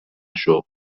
شغل